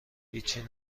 هیچچی